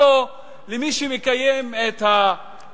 ולכן הציע לציר שעורך את השימוע: